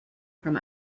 from